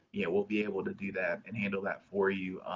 yeah we'll be able to do that and handle that for you.